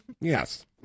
Yes